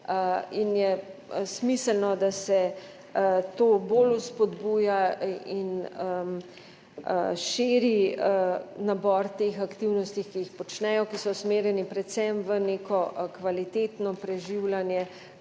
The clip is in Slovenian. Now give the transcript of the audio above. in je smiselno, da se to bolj vzpodbuja in širi nabor teh aktivnosti, ki jih počnejo, ki so usmerjene predvsem v neko kvalitetno preživljanje